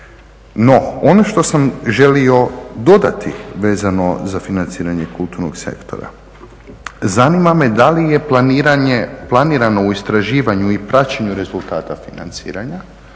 No, ono što sam želio dodati vezano za financiranje kulturnog sektora, zanima me da li je planirano u istraživanju i praćenju rezultata financiranja